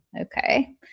Okay